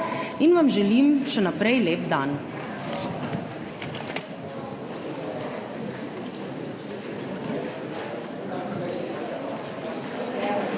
in vam želim še naprej lep dan!